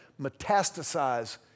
metastasize